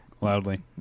loudly